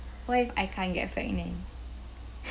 what if I can't get pregnant